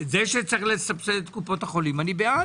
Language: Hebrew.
זה שצריך לסבסד את קופות החולים ודאי.